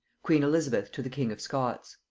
queen elizabeth to the king of scots